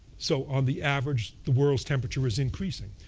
so on the average, the world's temperature is increasing.